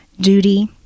duty